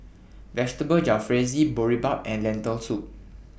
Vegetable Jalfrezi Boribap and Lentil Soup